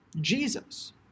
Jesus